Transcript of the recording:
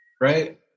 right